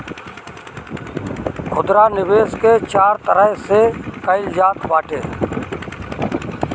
खुदरा निवेश के चार तरह से कईल जात बाटे